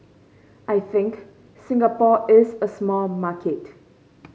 I think Singapore is a small market